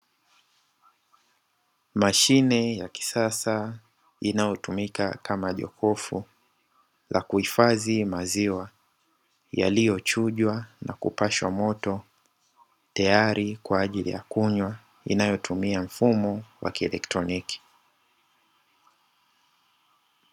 Mashine ya kisasa inayo tumika kama jokofu la kuhifadhi maziwa yaliyo chujwa na kupashwa moto, tayari kwaajili ya kunywa inqyo tumia mfumo wa kieletroniki.